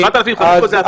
7,500 זאת הצלחה?